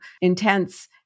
intense